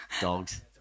Dogs